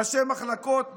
ראשי מחלקות,